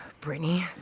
Brittany